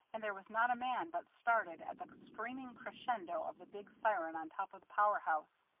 and there was not a man but started at the screaming crescendo of the big siren on top of the power house.